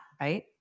right